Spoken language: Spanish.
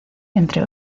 entre